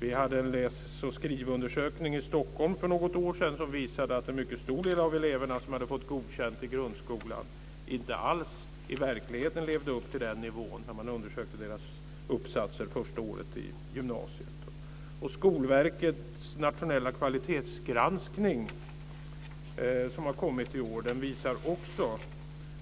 Vi hade en läs och skrivundersökning i Stockholm för något är sedan som visade att en mycket stor del av de elever som hade fått godkänt i grundskolan inte alls i verkligheten levde upp till den nivån när man undersökte deras uppsatser första året i gymnasiet. Skolverkets nationella kvalitetsgranskning som har kommit i år visar också